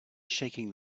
shaking